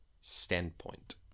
standpoint